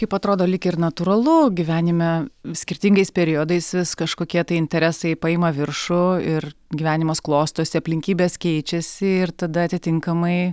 kaip atrodo lyg ir natūralu gyvenime skirtingais periodais vis kažkokie tai interesai paima viršų ir gyvenimas klostosi aplinkybės keičiasi ir tada atitinkamai